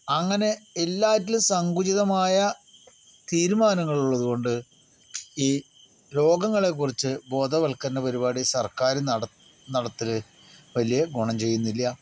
അങ്ങനെ എല്ലാറ്റിലും സങ്കുചിതമായ തീരുമാനങ്ങളുള്ളത് കൊണ്ട് ഈ രോഗങ്ങളെക്കുറിച്ച് ബോധവൽക്കരണ പരിപാടി സർക്കാർ നടത്തൽ വലിയ ഗുണം ചെയ്യുന്നില്ല